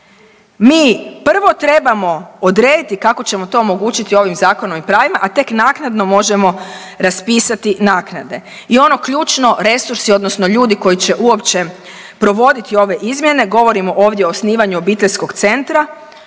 mi prvo trebamo odrediti kako ćemo to omogućiti ovim zakonom i pravima, a tek naknadno možemo raspisati naknade. I ono ključno, resursi odnosno ljudi koji će uopće provoditi ove izmjene, govorim ovdje o osnivanju obiteljskog centra,